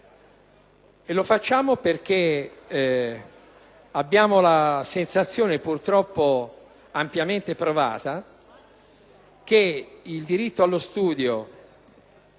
E lo facciamo perche´ abbiamo la sensazione, purtroppo ampiamente provata, che il diritto allo studio